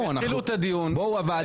הם יתחילו את הדיון,